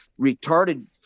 retarded